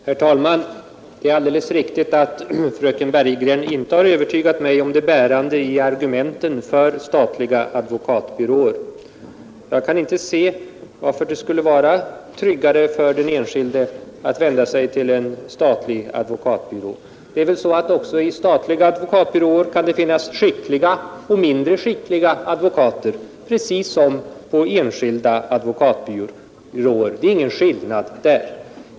Herr talman! Det är alldeles riktigt att fröken Bergegren inte har övertygat mig om det bärande i argumenten för statliga advokatbyråer. Jag kan inte se varför det skulle vara tryggare för den enskilde att vända sig till en statlig advokatbyrå. Också på statliga advokatbyråer kan det väl finnas både skickliga och mindre skickliga advokater, precis som på enskilda advokatbyråer, så därvidlag är det ingen skillnad!